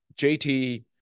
JT